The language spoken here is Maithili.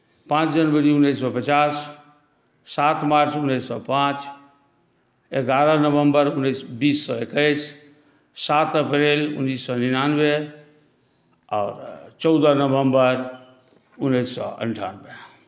पाँच जनवरी उन्नैस सए पचास सात मार्च उन्नैस सए पाँच एगारह नवम्बर बीस सए एकैस सात अप्रिल उन्नैस सए निनानबे आओर चौदह नवम्बर उन्नैस सए अन्ठानबे